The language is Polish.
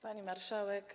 Pani Marszałek!